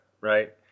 right